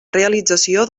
realització